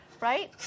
right